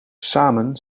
samen